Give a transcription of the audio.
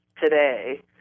today